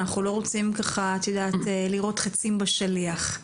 אנחנו לא רוצים לירות חיצים בשליח.